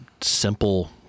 simple